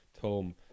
Tom